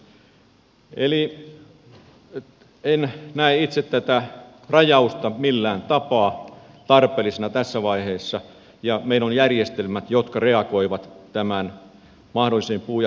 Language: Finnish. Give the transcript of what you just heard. eli en näe itse tätä rajausta millään tapaa tarpeellisena tässä vaiheessa ja meillä on järjestelmät jotka reagoivat mahdollisiin puu ja hintamarkkinoihin